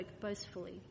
boastfully